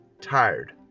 tired